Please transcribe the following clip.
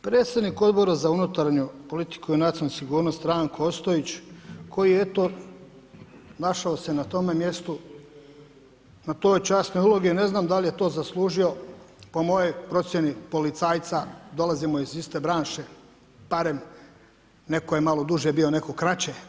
Predsjednik Odbora za unutarnju politiku i nacionalnu sigurnost, Ranko Ostojić koji eto našao se na tome mjestu, na toj časnoj ulozi, ja ne znam da li je to zaslužio, po mojoj procjeni policajca dolazimo iz iste branše barem, neko je malo duže bio neko kraće.